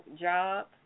job